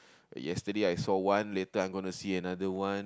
yesterday I saw one later I'm gonna see another one